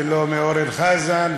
ולא מאורן חזן,